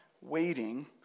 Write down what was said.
Waiting